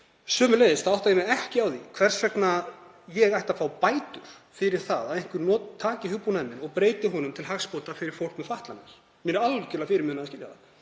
Sömuleiðis átta ég mig ekki á því hvers vegna ég ætti að fá bætur fyrir það að einhver taki hugbúnaðinn og breyti honum til hagsbóta fyrir fólk með fatlanir. Mér er algerlega fyrirmunað að skilja það,